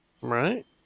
Right